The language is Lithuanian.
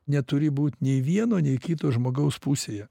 neturi būt nei vieno nei kito žmogaus pusėje